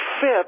fit